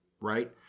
right